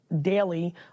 daily